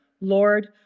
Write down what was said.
Lord